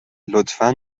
لطفا